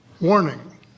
Warning